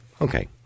Okay